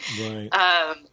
Right